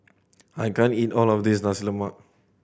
I can't eat all of this Nasi Lemak